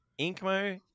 Inkmo